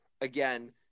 again